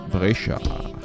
Brescia